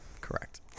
Correct